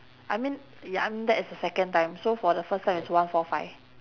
I mean ya I m~ that is the second time so for the first time is one four five